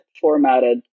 formatted